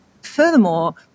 Furthermore